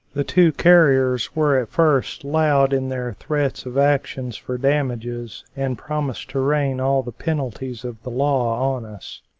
the two carriers were at first loud in their threats of actions for damages, and promised to rain all the penalties of the law on us.